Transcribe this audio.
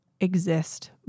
exist